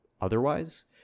otherwise